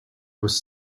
was